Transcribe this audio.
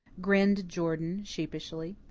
grinned jordan sheepishly.